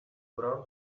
brown